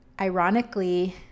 ironically